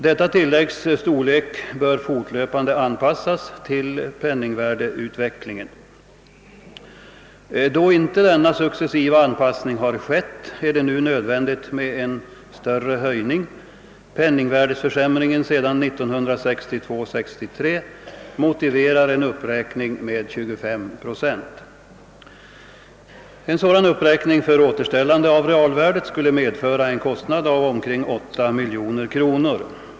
Detta tilläggs storlek bör fortlöpande anpassas till penningvärdeutvecklingen. Då en sådan successiv anpassning inte har skett är det nu nödvändigt med en större höjning. Penningvärdeförsämringen sedan 1962/63 motiverar en uppräkning med 25 procent. En sådan uppräkning för återställande av realvärdet skulle medföra en kostnad av omkring 8 miljoner kronor.